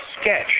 sketch